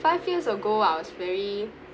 five years ago I was very